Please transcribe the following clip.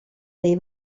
dei